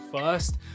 first